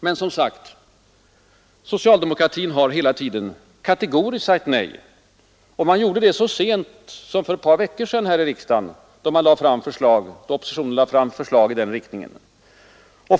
Men, som sagt, socialdemokratin har hela tiden kategoriskt sagt nej, bl.a. så sent som för några veckor sedan, då oppositionen lade fram förslag i den riktningen.